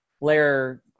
layer